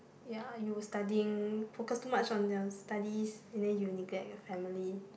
ya you studying focus too much on your studies and then you neglect your family